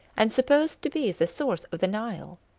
and supposed to be the source of the nile.